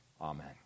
Amen